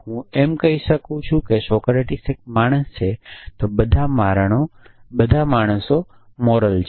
હું એમ કહી શકું છું કે સોક્રેટીસ એક માણસ છે અને બધા માણસો મોરલ છે